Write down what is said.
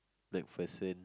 MacPherson